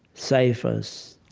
ciphers